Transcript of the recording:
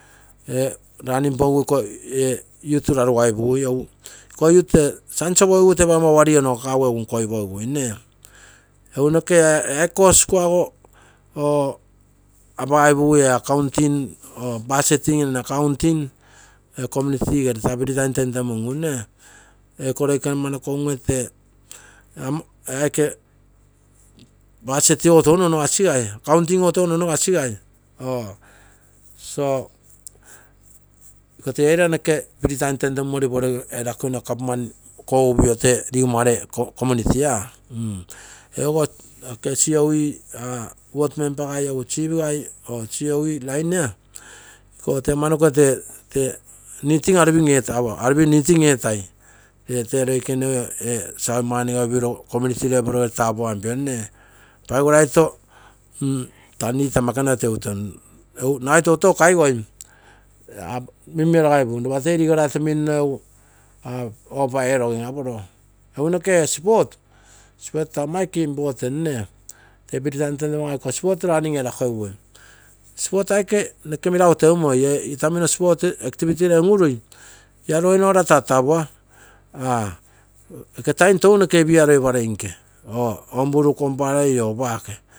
Ee running posisu ee youth rarugaipugui, iko youth tee chance oposisu egu tee pougomma wari etosu nkoipogi gui. Egu noke ee course kuaso apagaipusui ee, accounting or budgeting & accounting. Ee commity gere taa free time tentemungu, ee loikene unge te budgeting ogo touno ongasigai accounting ogo. Iko egu iko tee free time tentemungu kogogakogigui government kosupio rigomma gere community eeu ogo c. O. E ward membergai, chief gai, c. O. E lain ya halivim needing etai, tee loikene ee saveman gai upiro community level gere tapuonpio, paigoralto taa need ama ekenua teuteum, paigorai to toutou kaigoim. minmiarasaipum lopa toi rigoraito minno offer erogim aporo. Esu noke ee sport, sport taa aike ama important, tee free time tentemungu nagai iko sport running etogisui, sport aike noke meragu teumoi. Ee itamino lagere sport activity un urui la law and order tatapua. taim tounoke beer roiparei nke home brew komparei.